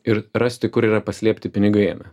ir rasti kur yra paslėpti pinigai jame